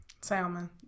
Salmon